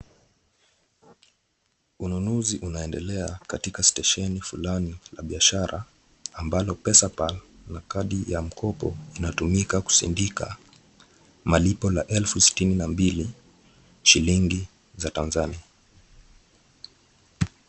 Ununuzi unaendelea katika stesheni fulani la biashara ambalo PesaPal na kadi ya mkopo inatumika kusindika malipo la elfu sitini na mbili shilingi za Tanzania.